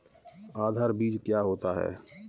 आधार बीज क्या होता है?